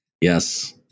Yes